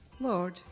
Lord